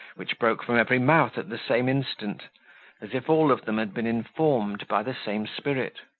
which broke from every mouth at the same instant as if all of them had been informed by the same spirit.